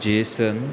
Jason